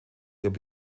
ihrem